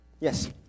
Yes